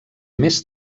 més